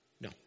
No